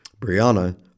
Brianna